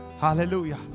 hallelujah